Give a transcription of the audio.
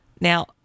Now